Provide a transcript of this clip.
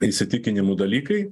įsitikinimų dalykai